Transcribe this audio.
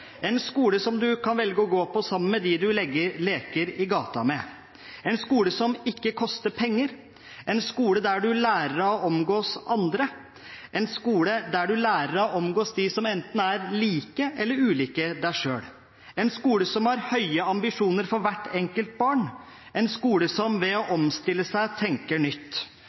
en skole som du kan velge å gå på sammen med dem du leker med i gata, en skole som ikke koster penger, en skole der du lærer av å omgås andre, en skole der du lærer av å omgås dem som enten er like eller ulike deg selv, en skole som har høye ambisjoner for hvert enkelt barn, en skole som ved å omstille seg tenker nytt.